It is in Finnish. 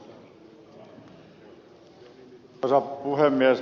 arvoisa puhemies